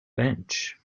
bench